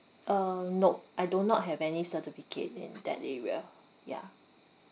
uh nope I do not have any certificate in that area yeah